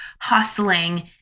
hustling